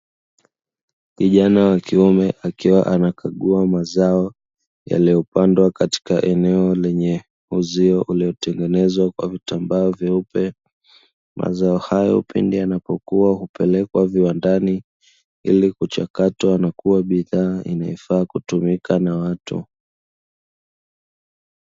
Kijana wa kiume akiwa anakagua mazao yaliyopandwa katika eneo lenye uzio uliotengenezwa kwa vitambaa vyeupe. Mazao hayo pindi yanapokua hupelekwa viwandani ili kuchakatwa na kuwa bidhaa inafaa kutumika na watu.